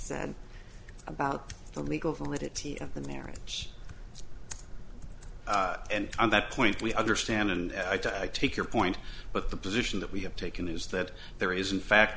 said about the legal validity of the marriage and on that point we understand and i take your point but the position that we have taken is that there is in fact